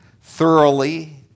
thoroughly